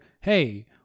hey